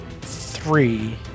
three